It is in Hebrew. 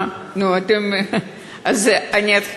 לא, לא מפריע לי.